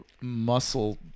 muscle